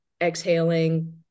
exhaling